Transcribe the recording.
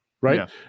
Right